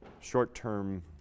short-term